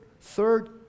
third